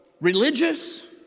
religious